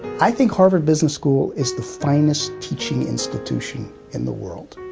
i think harvard business school is the finest teaching institution in the world,